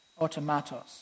automatos